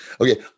okay